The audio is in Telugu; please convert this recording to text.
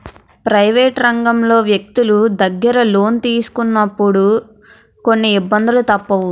ప్రైవేట్ రంగంలో వ్యక్తులు దగ్గర లోను తీసుకున్నప్పుడు కొన్ని ఇబ్బందులు తప్పవు